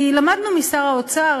כי למדנו משר האוצר,